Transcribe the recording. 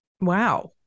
Wow